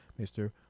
Mr